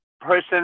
person